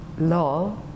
law